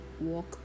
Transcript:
walk